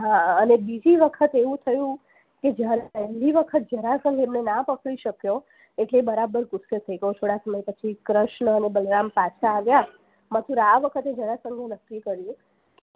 હા અને બીજી વખત એવું થયું કે જ્યારે પહેલી વખત જરાસંઘ એમને ન પકડી શક્યો એટલે એ બરાબર ગુસ્સે થઈ ગયો થોડા સમય પછી કૃષ્ણ અને બલરામ પાછા આવ્યા મથુરા આ વખતે જરાસંઘ એ નક્કી કર્યું